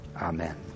Amen